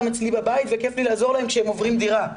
אצלי בבית וכיף לי לעזור להם כשהם עוברים דירה,